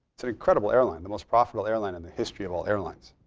it's an incredible airline, the most profitable airline in the history of all airlines.